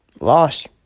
lost